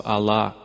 Allah